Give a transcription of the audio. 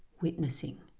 witnessing